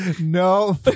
no